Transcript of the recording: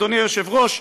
אדוני היושב-ראש,